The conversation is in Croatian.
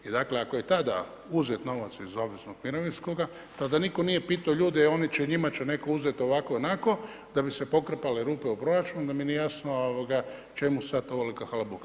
I dakle, ako je tada uzet novac iz obveznog mirovinskoga, tada nitko nije pitao ljude, oni će, njima će netko uzeti ovako, onako, da bi se pokrpale rupe u proračunu, onda mi nije jasno čemu sad ovolika halabuka.